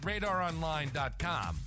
radaronline.com